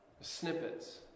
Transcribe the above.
snippets